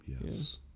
Yes